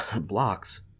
blocks